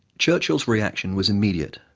churchill's reaction was immediate,